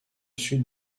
sud